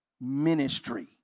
ministry